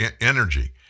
energy